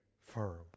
firm